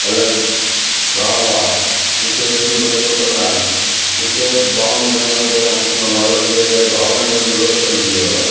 अलॻि गामु आहे हुते स्टीमर टुटंदा आहिनि हुते भावनगर में पहिरियों कुझ न हुओ हिन जे करे भावनगर रोशन थी वियो आहे